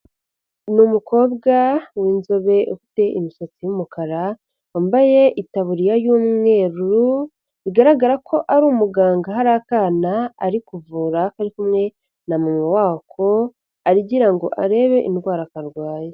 Ni umukobwa w'inzobe ufite imisatsi y'umukara wambaye itabuririya y'umweru bigaragara ko ari umuganga hari akana ari kuvura kari kumwe na mama wako agira ngo arebe indwara akarwaye.